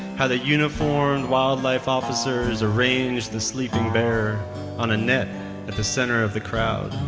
how the uniformed wildlife officers arranged the sleeping bear on a net at the center of the crowd,